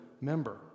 member